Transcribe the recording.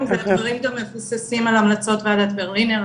והדברים מבוססים על המלצות ועדת ברלינר,